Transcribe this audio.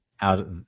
out